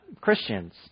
Christians